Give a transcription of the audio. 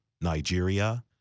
Nigeria